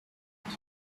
into